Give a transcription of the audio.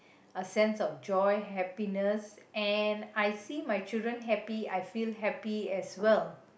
a sense of joy happiness and I see my children happy I feel happy as well